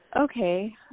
Okay